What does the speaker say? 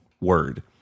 word